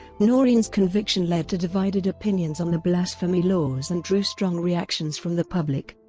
noreen's conviction led to divided opinions on the blasphemy laws and drew strong reactions from the public.